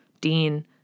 Dean